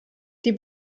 die